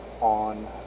on